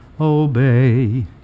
obey